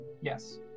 Yes